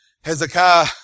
Hezekiah